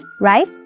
right